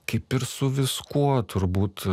kaip ir su viskuo turbūt